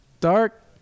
Dark